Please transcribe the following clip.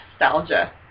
nostalgia